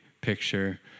picture